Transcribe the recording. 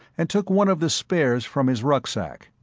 and took one of the spares from his rucksack.